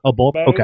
Okay